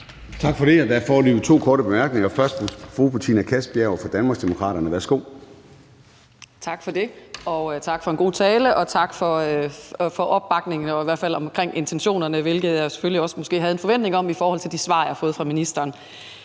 Tak for det. Og der er foreløbig to korte bemærkninger. Først er det fru Betina Kastbjerg fra Danmarksdemokraterne. Værsgo. Kl. 10:09 Betina Kastbjerg (DD): Tak for det, tak for en god tale, og tak for opbakningen til i hvert fald intentionerne, hvilket jeg selvfølgelig måske også havde en forventning om der var i forhold til de svar, jeg har fået fra ministeren.